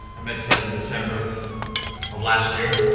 i met fred in december of of last year,